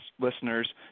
listeners